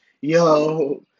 Yo